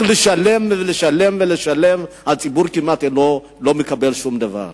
רק לשלם ולשלם, והציבור לא מקבל שום דבר.